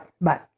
bye